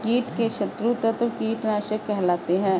कीट के शत्रु तत्व कीटनाशक कहलाते हैं